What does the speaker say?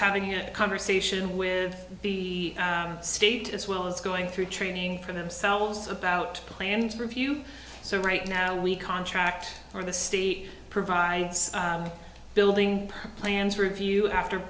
having it conversation with the state as well as going through training for themselves about planning to review so right now we contract for the state provides building plans review after